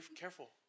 Careful